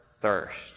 thirst